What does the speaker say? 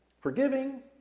Forgiving